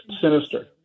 sinister